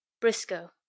Briscoe